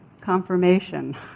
confirmation